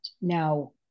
now